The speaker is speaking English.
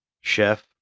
Chef